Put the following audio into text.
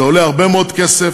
זה עולה הרבה מאוד כסף,